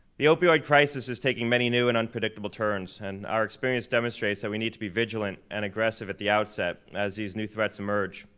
the opioid crisis is taking many new and unpredictable turns, and our experience demonstrates that we need to be vigilant and aggressive at the outset as these new threats emerge.